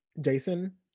Jason